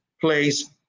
place